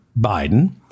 Biden